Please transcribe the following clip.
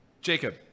Jacob